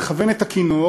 לכוון את הכינור,